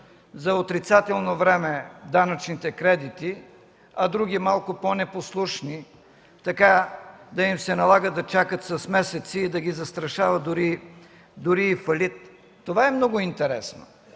за отрицателно време данъчните кредити, а други, малко по-непослушни, да им се налага да чакат с месеци и дори да ги застрашава фалит?! Това е много интересно.